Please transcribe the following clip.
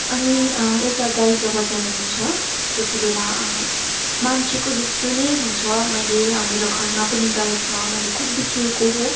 अनि एउटा गाई जब जन्मिन्छ त्यति बेला मान्छेको जस्तो नै हुन्छ मैले मेरो घरमा पनि गाई छ मैले खुद देखेको हो